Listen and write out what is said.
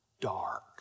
dark